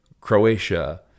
Croatia